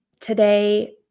today